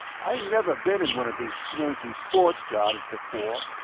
i never been in one of these swanky sports jobs before.